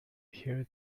hill